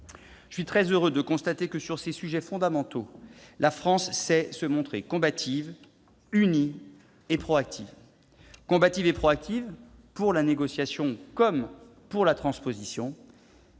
Je suis très heureux de constater que, sur ces sujets fondamentaux, la France sait se montrer combative, unie et proactive. Elle est combative et proactive pour la négociation comme pour la transposition.